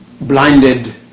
blinded